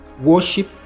worship